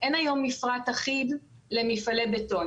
אין היום מפרט אחיד למפעלי בטון.